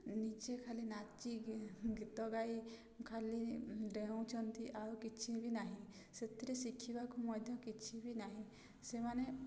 ନିଜେ ଖାଲି ନାଚି ଗୀତ ଗାଇ ଖାଲି ଡେଉଁଛନ୍ତି ଆଉ କିଛି ବି ନାହିଁ ସେଥିରେ ଶିଖିବାକୁ ମଧ୍ୟ କିଛି ବି ନାହିଁ ସେମାନେ